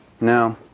No